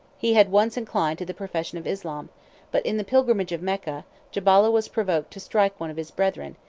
he had once inclined to the profession of islam but in the pilgrimage of mecca, jabalah was provoked to strike one of his brethren,